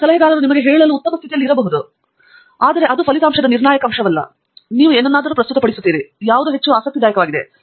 ಆದರೆ ಸಲಹೆಗಾರನು ನಿಮಗೆ ಹೇಳಲು ಉತ್ತಮ ಸ್ಥಿತಿಯಲ್ಲಿರಬಹುದು ಅದು ಆ ಫಲಿತಾಂಶದ ಅತ್ಯಂತ ನಿರ್ಣಾಯಕ ಅಂಶವಲ್ಲ ಆದರೆ ನೀವು ಏನನ್ನಾದರೂ ಪ್ರಸ್ತುತಪಡಿಸುತ್ತೀರಿ ಯಾವುದೋ ಹೆಚ್ಚು ಆಸಕ್ತಿದಾಯಕವಾಗಿದೆ